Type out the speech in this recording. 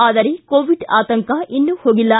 ಆದರೆ ಕೋವಿಡ್ ಆತಂಕ ಇನ್ನೂ ಹೋಗಿಲ್ಲ